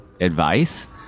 advice